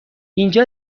اینجا